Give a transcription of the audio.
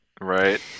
Right